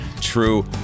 True